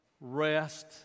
rest